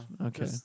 Okay